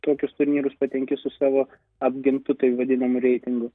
tokius turnyrus patenki su savo apgintu taip vadinamu reitingu